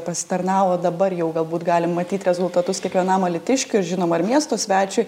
pasitarnavo dabar jau galbūt galim matyt rezultatus kiekvienam alytiškiui žinoma ir miesto svečiui